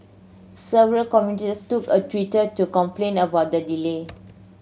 several commuters took a Twitter to complain about the delay